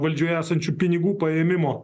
valdžioje esančių pinigų paėmimo